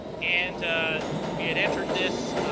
and we had entered this